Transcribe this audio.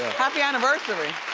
happy anniversary.